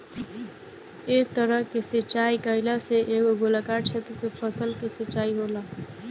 एह तरह के सिचाई कईला से एगो गोलाकार क्षेत्र के फसल के सिंचाई होला